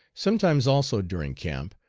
sometimes also during camp,